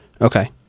Okay